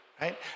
right